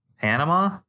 Panama